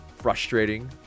Frustrating